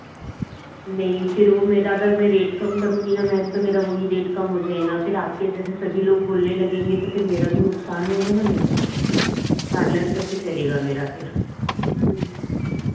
नहीं फिर मेरा रेट काम करूंगी मेम तो वह मेरा सभी रेट कम हो जाएगी फिर आपके जैसी सभी लोग बोलने लगेंगे में तो मेरा भी नुकसान होगा ना में पार्लर कैसे चलेगा मेरा फिर